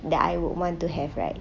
that I would want to have right